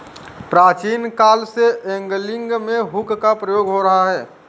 प्राचीन काल से एंगलिंग में हुक का प्रयोग हो रहा है